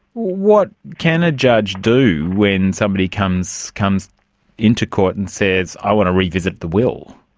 what can a judge do when somebody comes comes into court and says i want to revisit the will?